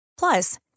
Plus